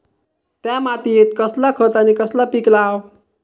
त्या मात्येत कसला खत आणि कसला पीक लाव?